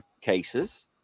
cases